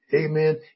Amen